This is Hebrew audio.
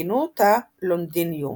וכינו אותה לונדיניום.